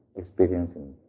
experiencing